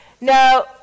Now